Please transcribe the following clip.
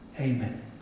Amen